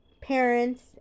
parents